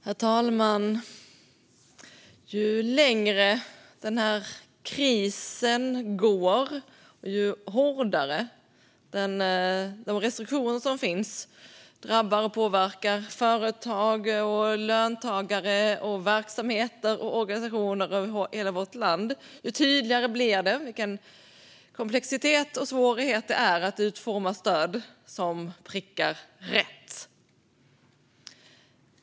Herr talman! Ju längre krisen fortgår, ju hårdare restriktioner som drabbar och påverkar företag, löntagare, verksamheter och organisationer över hela vårt land, desto tydligare blir det hur komplext och svårt det är att utforma stöd som prickar rätt.